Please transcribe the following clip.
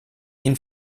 ihnen